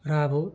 र अब